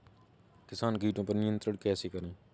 किसान कीटो पर नियंत्रण कैसे करें?